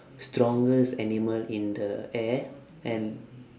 strongest animal in the air and